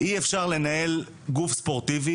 אי אפשר לנהל גוף ספורטיבי,